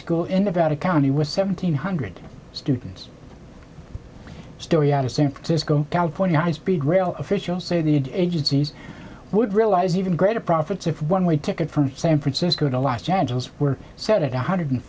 school in about a county with seventeen hundred students story out of san francisco california high speed rail officials say the agencies would realize even greater profits if one way ticket from san francisco to los angeles were set at one hundred